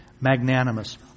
Magnanimous